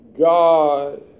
God